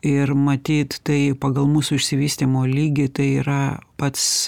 ir matyt tai pagal mūsų išsivystymo lygį tai yra pats